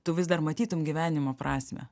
tu vis dar matytum gyvenimo prasmę